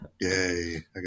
yay